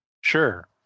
Sure